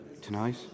Tonight